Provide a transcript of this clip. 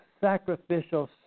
sacrificial